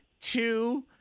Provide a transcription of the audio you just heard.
Two